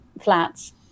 flats